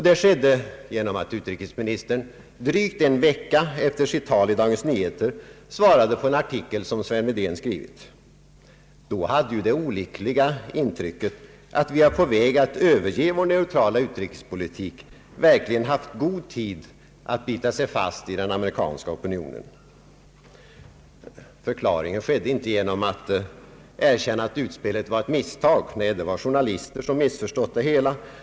Det skedde genom att han, drygt en vecka efter sitt tal, i Dagens Nyheter svarade på en artikel som Sven Wedén skrivit. Då hade ju det olyckliga intrycket att vi var på väg att överge vår neutrala utrikespolitik verkligen haft god tid att bita sig fast i den amerikanska opinionen. Förklaringen skedde inte genom att erkänna att utspelet varit ett misstag. Nej, det var journalister som missförstått det hela.